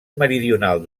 meridional